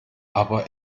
aber